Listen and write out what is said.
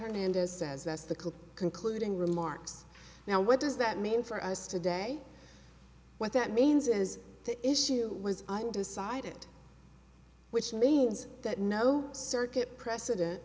hernandez says that's the concluding remarks now what does that mean for us today what that means is the issue was decided which means that no circuit precedent